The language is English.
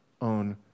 own